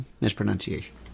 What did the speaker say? mispronunciation